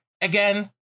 again